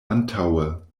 antaŭe